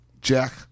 Jack